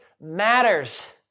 matters